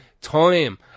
time